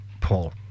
Paul